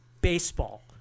baseball